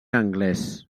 anglès